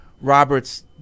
Robert's